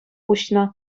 уҫнӑ